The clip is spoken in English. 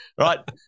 right